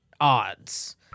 odds